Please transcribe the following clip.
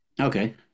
Okay